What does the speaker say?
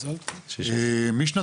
משנת